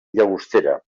llagostera